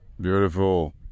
Beautiful